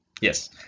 Yes